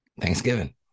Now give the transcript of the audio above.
Thanksgiving